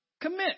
commit